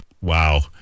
Wow